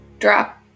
Drop